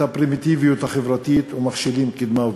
הפרימיטיביות החברתית ומכשילים קדמה ופיתוח.